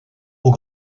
aux